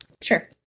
Sure